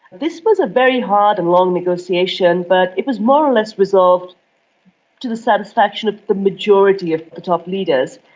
this was a very hard and long negotiation but it was more or less resolved to the satisfaction of the majority of the top leaders.